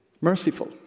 merciful